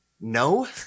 No